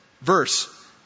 verse